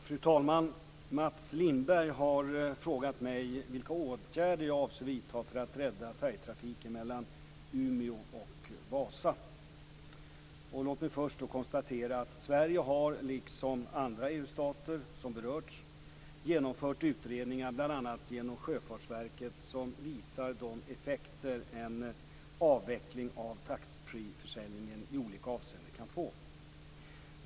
Fru talman! Mats Lindberg har frågat mig vilka åtgärder jag avser vidta för att rädda färjetrafiken mellan Umeå och Vasa. Låt mig först konstatera att Sverige har, liksom andra EU-stater som berörs, genomfört utredningar bl.a. genom Sjöfartsverket som visar de effekter en avveckling av taxfreeförsäljningen i olika avseenden kan få.